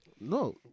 No